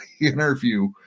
interview